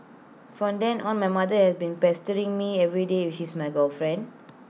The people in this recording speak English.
from then on my mother has been pestering me everyday if she's my girlfriend